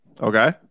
Okay